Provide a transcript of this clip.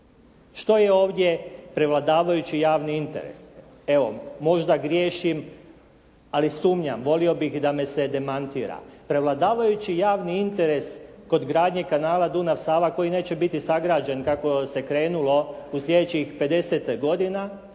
Što je ovdje prevladavajući javni interes? Evo, možda griješim ali sumnjam, volio bih da me se demantira. Prevladavajući javni interes kod gradnje kanala Dunav-Sava koji neće biti sagrađen kako se krenulo u slijedećih 50 godina